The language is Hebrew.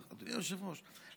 אדוני היושב-ראש,